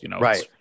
Right